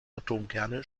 atomkerne